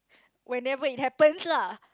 whenever it happens lah